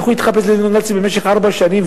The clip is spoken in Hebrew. איך הוא התחפש לניאו-נאצי במשך ארבע שנים,